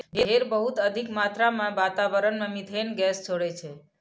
भेड़ बहुत अधिक मात्रा मे वातावरण मे मिथेन गैस छोड़ै छै